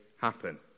happen